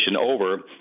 over